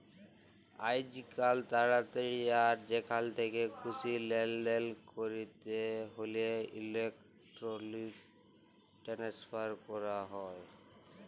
আইজকাল তাড়াতাড়ি আর যেখাল থ্যাকে খুশি লেলদেল ক্যরতে হ্যলে ইলেকটরলিক টেনেসফার ক্যরা হয়